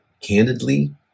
candidly